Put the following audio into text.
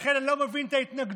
לכן אני לא מבין את ההתנגדות.